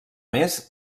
més